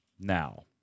Now